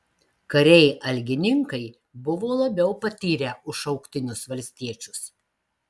kariai algininkai buvo labiau patyrę už šauktinius valstiečius